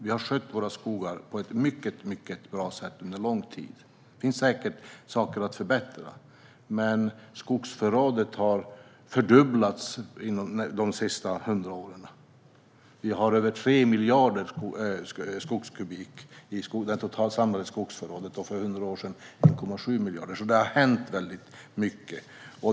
Vi har skött våra skogar på ett mycket bra sätt under lång tid. Det finns säkert saker att förbättra. Men skogsförrådet har fördubblats de senaste 100 åren. Vi har över 3 miljarder kubikmeter skog i det totala samlade skogsförrådet. För 100 år sedan var det 1,7 miljarder. Det har alltså hänt väldigt mycket.